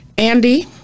Andy